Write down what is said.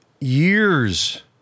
years